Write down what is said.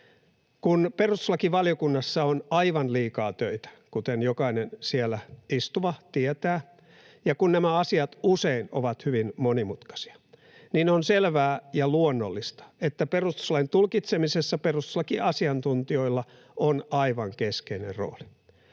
Kun perustuslakivaliokunnassa on aivan liikaa töitä, kuten jokainen siellä istuva tietää, ja kun nämä asiat usein ovat hyvin monimutkaisia, niin on selvää ja luonnollista, että perustuslain tulkitsemisessa perustuslakiasiantuntijoilla on aivan keskeinen rooli.